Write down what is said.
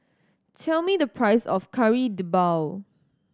tell me the price of Kari Debal